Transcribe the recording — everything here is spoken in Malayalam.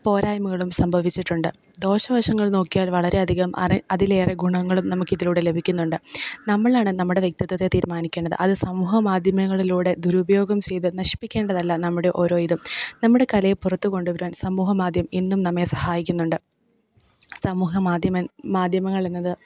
പോരായ്മകളും സംഭവിച്ചിട്ടുണ്ട് ദോഷവശങ്ങൾ നോക്കിയാൽ വളരെ അധികം അറി അതിലേറെ ഗുണങ്ങളും നമുക്കിതിലൂടെ ലഭിക്കുന്നുണ്ട് നമ്മളാണ് നമ്മുടെ വ്യക്തിത്വത്തെ തീരുമാനിക്കുന്നത് അത് ദുരുപയോഗം ചെയ്ത് നശിപ്പിക്കേണ്ടതല്ല നമ്മുടെ ഓരോ ഇതും നമ്മുടെ കലയെ പുറത്തു കൊണ്ടു വരുവാൻ സമൂഹ മാധ്യമം എന്നും നമ്മെ സഹായിക്കുന്നുണ്ട് സമൂഹ മാധ്യമം മാധ്യമങ്ങൾ എന്നത്